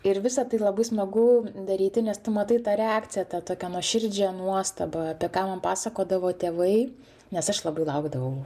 ir visa tai labai smagu daryti nes tu matai tą reakciją tą tokią nuoširdžią nuostabą apie ką man pasakodavo tėvai nes aš labai laukdavau